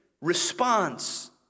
response